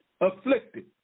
afflicted